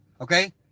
Okay